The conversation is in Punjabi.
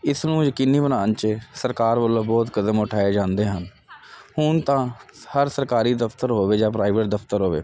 ਇਸ ਨੂੰ ਯਕੀਨੀ ਬਣਾਉਣ 'ਚ ਸਰਕਾਰ ਵੱਲੋਂ ਬਹੁਤ ਕਦਮ ਉਠਾਏ ਜਾਂਦੇ ਹਨ ਹੁਣ ਤਾਂ ਹਰ ਸਰਕਾਰੀ ਦਫਤਰ ਹੋਵੇ ਜਾਂ ਪ੍ਰਾਈਵੇਟ ਦਫਤਰ ਹੋਵੇ